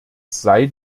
sei